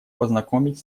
познакомить